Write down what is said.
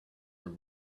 her